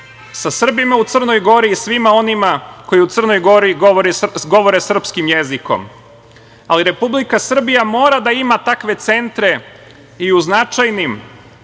sa Srbima u Crnoj Gori i svima onima koji u Crnoj Gori govore srpskim jezikom. Ali Republika Srbija mora da ima takve centre i u značajnim